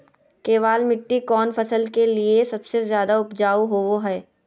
केबाल मिट्टी कौन फसल के लिए सबसे ज्यादा उपजाऊ होबो हय?